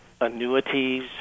annuities